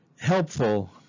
helpful